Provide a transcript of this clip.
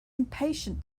impatient